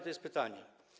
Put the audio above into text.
To jest pytanie.